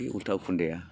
बे उल्था खुन्दाया